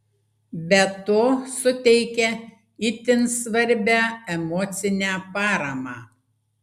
be to suteikia itin svarbią emocinę paramą